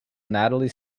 nathalie